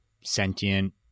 sentient